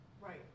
Right